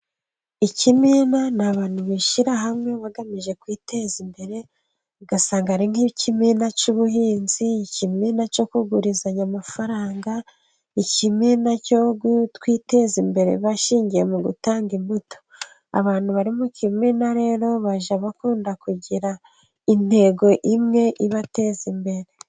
Ikimina ni abantu bishyira hamwe bagamije kwiteza imbere, ugasanga ari nk'ikimina cy'ubuhinzi, ikimina cyo kugurizanya amafaranga, ikimina cyo kwiteza imbere bashingiye mu gutanga imbuto, abantu bari mu kimina rero bajya bakunda kugira intego imwe ibateza imbere.